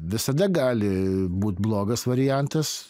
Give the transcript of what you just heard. visada gali būt blogas variantas